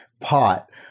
pot